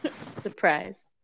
Surprise